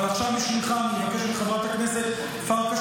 אבל עכשיו בשבילך אני מבקש מחברת הכנסת פרקש